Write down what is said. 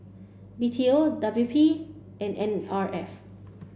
B T O W P and N R F